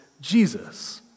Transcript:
Jesus